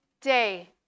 day